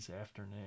Afternoon